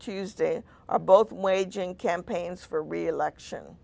tuesday are both waging campaigns for reelection